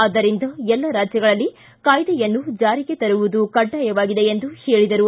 ಆದ್ದರಿಂದ ಎಲ್ಲ ರಾಜ್ಯಗಳಲ್ಲಿ ಕಾಯ್ದೆಯನ್ನು ಜಾರಿಗೆ ತರುವುದು ಕಡ್ಡಾಯವಾಗಿದೆ ಎಂದು ಹೇಳಿದರು